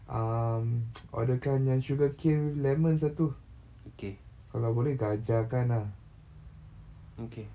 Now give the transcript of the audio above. um order kan yang sugarcane lemon satu kalau boleh gajahkan ah